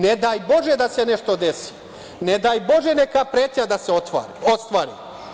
Ne daj bože da se nešto desi, ne daj bože neka pretnja da se ostvari.